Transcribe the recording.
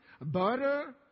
butter